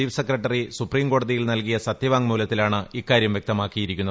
chief secretary സുപ്രീംകോടതിയിൽ നല്കിയ സത്യവാങ്മൂലത്തിലാണ് ഇക്കാര്യം വ്യക്തമാക്കിയിരിക്കുന്നത്